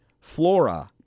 Flora